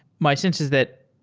my sense is that,